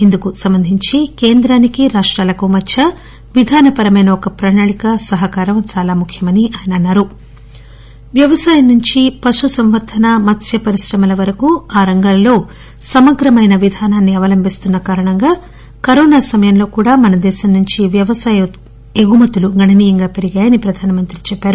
ఇందుకు సంబంధించి కేంద్రానికి రాష్టాలకు మధ్య విధాన పరమైన ఒక ప్రణాళిక సహకారం చాలా ముఖ్యమని ఆయన అన్నారు వ్యవసాయం నుంచి పశుసంవర్దక మత్స్య పరిశ్రమల వరకు ఆ రంగాల్లో సమగ్రమైన విధానాన్ని అవలంచిస్తున్న కారణంగా కరోనా సమయంలో కూడా మనదేశం నుంచి వ్యవసాయ ఉత్పత్తులు గణనీయంగా పెరిగాయని ప్రధాన మంత్రి చెప్పారు